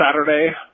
Saturday